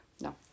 no